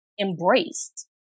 embraced